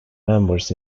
members